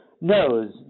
knows